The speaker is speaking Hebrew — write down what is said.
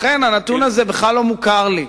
לכן, הנתון הזה בכלל לא מוכר לי,